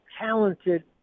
talented